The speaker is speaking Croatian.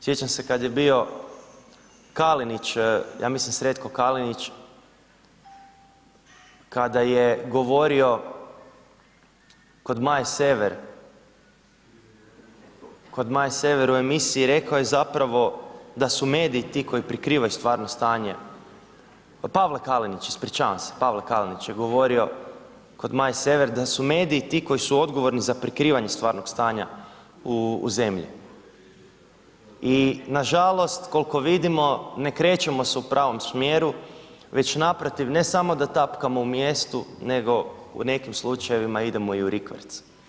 Sjećam se kad je bio Kalinić, ja mislim Sretko Kalinić, kada je govorio kod Maje Sever, kod Maje Sever u emisiji rekao je zapravo da su mediji ti koji prikrivaju stvarno stanje, Pavle Kalinić ispričavam se, Pavle Kalinić je govorio kod Maje Sever da su mediji ti koji su odgovorni za prikrivanje stvarnog stanja u zemlji i nažalost koliko vidimo ne krećemo se u pravom smjeru, već naprotiv ne samo da tapkamo u mjestu, nego u nekim slučajevima idemo i u rikverc.